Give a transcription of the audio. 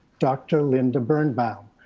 dr. linda birnbaum.